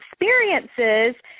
experiences